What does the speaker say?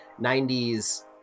90s